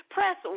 Press